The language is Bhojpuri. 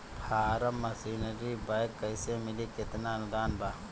फारम मशीनरी बैक कैसे मिली कितना अनुदान बा?